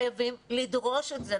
חייבים לדרוש את זה.